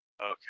okay